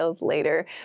later